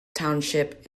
township